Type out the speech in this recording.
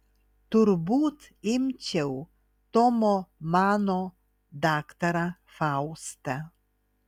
turbūt imčiau tomo mano daktarą faustą